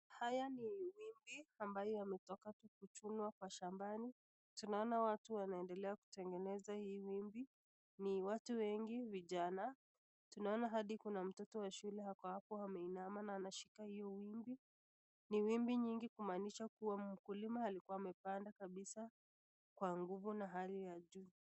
Haya ni wimbi ambayo yametoka tu kuchunwa kwa shambani, tunaona watu wanaendelea kutengeneza hii wimbi, ni watu wengi vijana, tunaona hadi kuna mtoto wa shule ako hapo ameinama na anashika hiyo, ni wimbi mingi kumaanisha mkulima alikuwa amepanda kabisa kwa nguvu na hali ya juu.